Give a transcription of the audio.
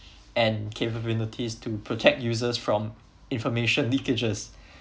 and capabilities to protect users from information leakages